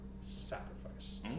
sacrifice